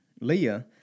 Leah